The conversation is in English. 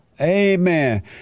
Amen